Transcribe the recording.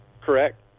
Correct